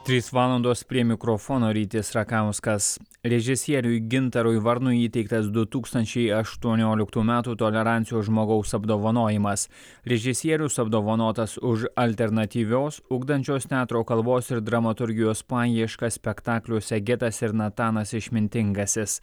trys valandos prie mikrofono rytis rakauskas režisieriui gintarui varnui įteiktas du tūkstančiai aštuonioliktų metų tolerancijos žmogaus apdovanojimas režisierius apdovanotas už alternatyvios ugdančios teatro kalbos ir dramaturgijos paieškas spektakliuose getas ir natanas išmintingasis